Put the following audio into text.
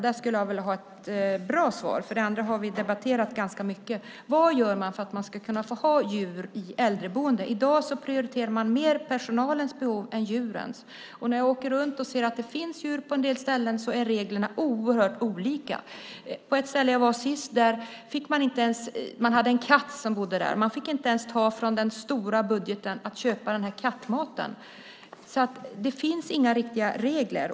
Där skulle jag vilja ha ett bra svar - det andra har vi ju debatterat ganska mycket. Vad görs för att man ska kunna få ha djur i äldreboenden? I dag prioriterar man personalens behov framför djurens. Och när jag åker runt ser jag att det finns djur på en del ställen och att reglerna är oerhört olika. På ett ställe som jag var på sist bodde en katt. Man fick inte ens ta från den stora budgeten för att köpa kattmat. Det finns inga riktiga regler.